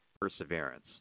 perseverance